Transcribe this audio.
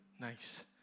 Nice